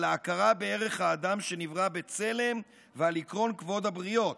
על ההכרה בערך האדם שנברא בעצם ועל עקרון כבוד הבריות".